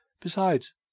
Besides—